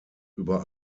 über